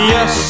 Yes